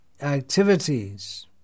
activities